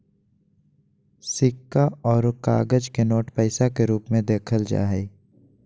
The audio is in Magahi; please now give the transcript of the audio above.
सिक्का आरो कागज के नोट पैसा के रूप मे देखल जा हय